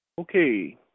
Okay